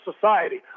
society